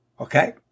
okay